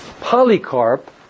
Polycarp